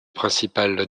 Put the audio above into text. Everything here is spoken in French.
principal